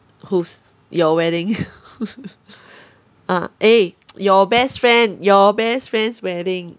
whose your wedding ah eh your best friend your best friend's wedding